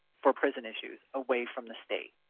for prison issues away from the state.